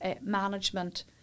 management